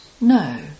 No